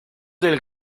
del